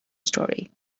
story